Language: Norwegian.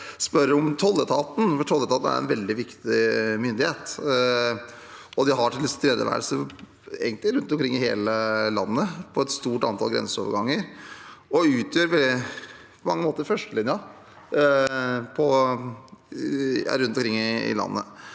spør om tolletaten, for tolletaten er en veldig viktig myndighet. De har tilstedeværelse rundt omkring i hele landet, på et stort antall grenseoverganger, og utgjør på mange måter førstelinja rundt omkring i landet.